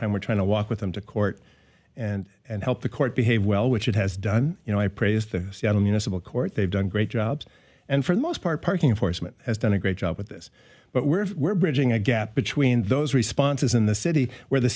time we're trying to walk with them to court and and help the court behave well which it has done you know i praised the seattle municipal court they've done great jobs and for the most part parking enforcement has done a great job with this but we're we're bridging a gap between those responses in the city where the